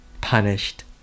punished